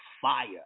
Fire